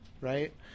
right